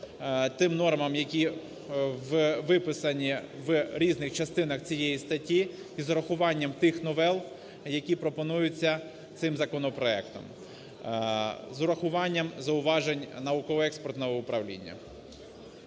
тим нормам, які виписані в різних частинах цієї статті, і з врахуванням тих новел, які пропонуються цим законопроектом, з урахуванням зауважень науково-експертного управління.